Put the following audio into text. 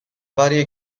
varie